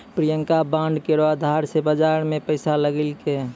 Priyanka bond केरो अधार से बाजार मे पैसा लगैलकै